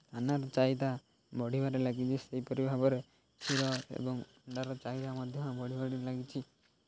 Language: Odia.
ଧାନର ଚାହିଦା ବଢ଼ିବାରେ ଲାଗିଛି ସେହିପରି ଭାବରେ ଏବଂ ଅଣ୍ଡାର ଚାହିଦା ମଧ୍ୟ ବଢ଼ିବାରେ ଲାଗିଛି